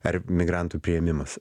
ar migrantų priėmimas